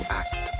act